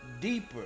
deeper